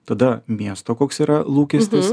tada miesto koks yra lūkestis